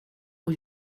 och